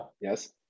Yes